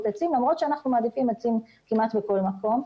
עצים למרות שאנחנו מעדיפים עצים כמעט בכל מקום.